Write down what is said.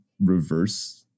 reverse